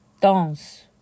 dance